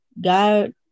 God